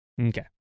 Okay